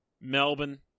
Melbourne